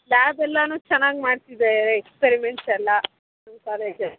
lab ಎಲ್ಲಾ ಚೆನ್ನಾಗಿ ಮಾಡ್ತಿದಾರೆ ಎಕ್ಸ್ಪೆರಿಮೆಂಟ್ಸ್ ಎಲ್ಲ ನಮ್ಮ ಕಾಲೇಜಲ್ಲಿ